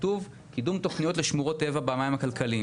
"קידום תוכניות לשמורות טבע במים הכלכליים".